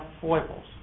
foibles